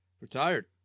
Retired